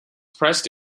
pressed